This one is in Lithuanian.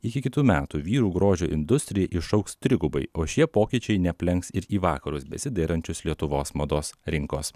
iki kitų metų vyrų grožio industrija išaugs trigubai o šie pokyčiai neaplenks ir į vakarus besidairančius lietuvos mados rinkos